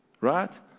Right